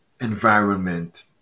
environment